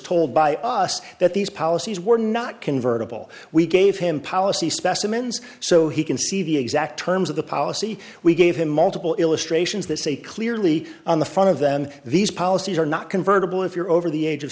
told by us that these policies were not convertible we gave him policy specimens so he can see the exact terms of the policy we gave him multiple illustrations that say clearly on the front of them these policies are not convertible if you're over the age of